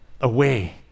away